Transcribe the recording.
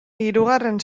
hirugarren